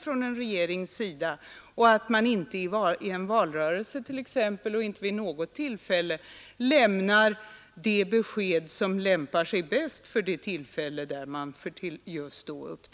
Man bör varken i en valrörelse eller vid något annat tillfälle lämna det besked som man just då tycker lämpar sig bäst.